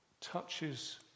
touches